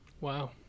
Wow